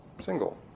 single